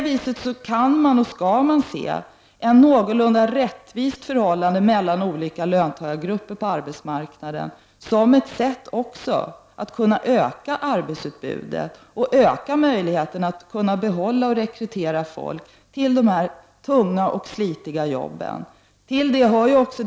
Vi skall alltså se ett någorlunda rättvist förhållande mellan olika löntagargrupper på arbetsmarknaden som ett sätt att kunna öka arbetskraftsutbudet och som ett sätt att öka möjligheterna att kunna behålla och rekrytera folk till de tyngsta och mest slitsamma arbetsuppgifterna.